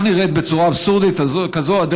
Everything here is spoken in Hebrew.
בצורה אבסורדית כזאת,